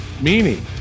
meaning